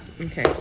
Okay